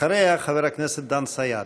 אחריה, חבר הכנסת דן סידה.